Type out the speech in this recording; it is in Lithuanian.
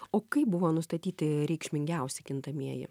o kaip buvo nustatyti reikšmingiausi kintamieji